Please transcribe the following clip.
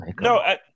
no